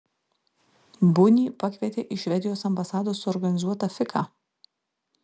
bunį pakvietė į švedijos ambasados suorganizuotą fiką